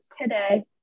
today